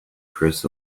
criss